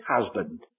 husband